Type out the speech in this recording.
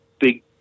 big